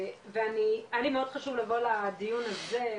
היה לי מאוד חשוב לבוא לדיון הזה,